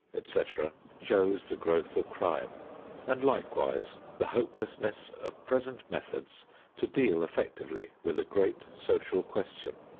et cetera, shows the growth of crime and likewise the hopelessness of present methods to deal effectively with a great social question.